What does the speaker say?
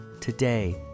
today